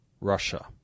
Russia